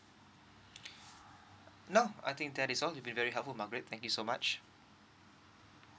no I think that is all you've been very helpful margaret thank you so much